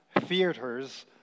theaters